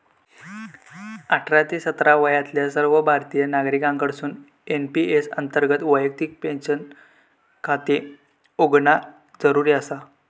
अठरा ते सत्तर वयातल्या सर्व भारतीय नागरिकांकडसून एन.पी.एस अंतर्गत वैयक्तिक पेन्शन खाते उघडणा जरुरी आसा